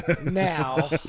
Now